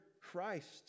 Christ